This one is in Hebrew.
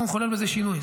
אנחנו נחולל בזה שינוי.